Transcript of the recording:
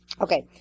Okay